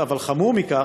בסדר, אבל חמור מזה,